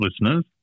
listeners